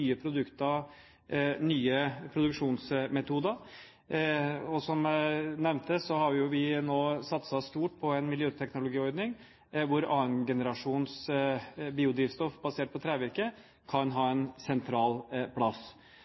produkter og nye produksjonsmetoder. Som jeg nevnte, har vi nå satset stort på en miljøteknologiordning, hvor 2. generasjons biodrivstoff basert på trevirke kan ha en sentral plass.